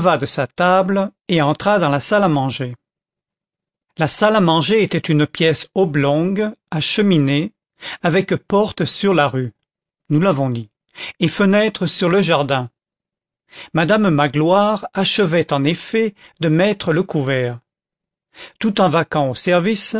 de sa table et entra dans la salle à manger la salle à manger était une pièce oblongue à cheminée avec porte sur la rue nous l'avons dit et fenêtre sur le jardin madame magloire achevait en effet de mettre le couvert tout en vaquant au service